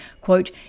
Quote